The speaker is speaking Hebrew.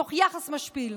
תוך יחס משפיל,